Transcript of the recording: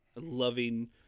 loving